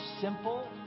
simple